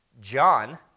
John